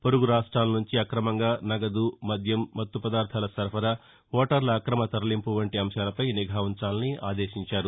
పొరుగు రాష్టాల నుంచి అక్రమంగా నగదు మద్యం మత్తపదార్థాల సరఫరా ఓటర్ల అక్రమ తరలింపు వంటి అంశాలపై నిఘా ఉంచాలని ఆదేశించారు